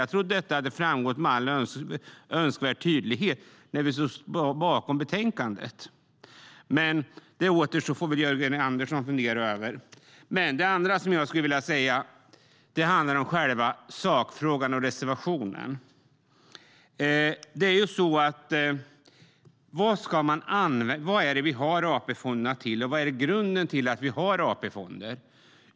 Jag trodde att det hade framgått med all önskvärd tydlighet i och med att vi står bakom betänkandet. Men det får väl Jörgen Andersson fundera över. Det andra jag vill säga handlar om själva sakfrågan och reservationen. Vad har vi AP-fonderna till, och vad är grunden till att vi har AP-fonder?